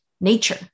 nature